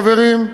חברים,